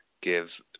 give